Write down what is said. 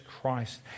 Christ